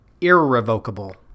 irrevocable